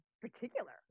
particular